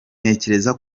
ntekereza